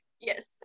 Yes